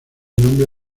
nombre